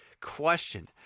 Question